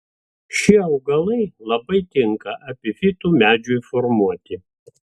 šie augalai labai tinka epifitų medžiui formuoti